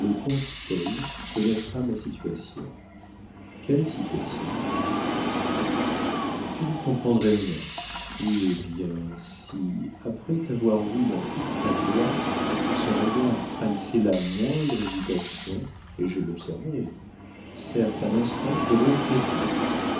paul connaîtra ma situation quelle situation tu n'y comprendrais rien hé bien si après t'avoir vue dans toute ta gloire son regard trahissait la moindre hésitation et je l'observerai certes à l'instant je romprais tout